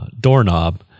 doorknob